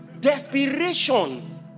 Desperation